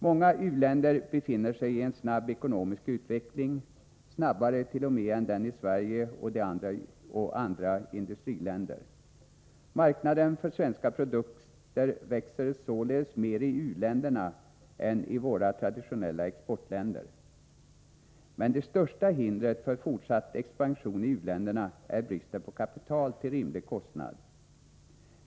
Många u-länder befinner sig i en snabb ekonomisk utveckling — snabbare än den i Sverige och andra industriländer. Marknaden för svenska produkter växer således mer i u-länderna än i våra traditionella exportländer. Men det största hindret för fortsatt expansion i u-länderna är bristen på kapital till rimlig kostnad.